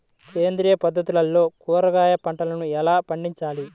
సేంద్రియ పద్ధతుల్లో కూరగాయ పంటలను ఎలా పండించాలి?